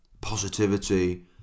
Positivity